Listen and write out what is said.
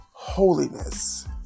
Holiness